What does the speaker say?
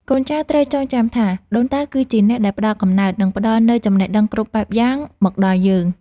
កូនចៅត្រូវចងចាំថា ដូនតាគឺជាអ្នកដែលផ្តល់កំណើត និងផ្តល់នូវចំណេះដឹងគ្រប់បែបយ៉ាងមកដល់យើង។